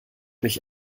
mich